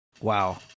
Wow